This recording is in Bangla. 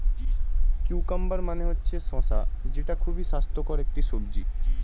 কিউকাম্বার মানে হচ্ছে শসা যেটা খুবই স্বাস্থ্যকর একটি সবজি